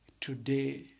Today